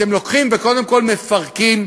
אתם לוקחים וקודם כול מפרקים,